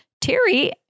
Terry